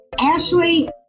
Ashley